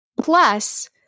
plus